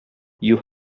you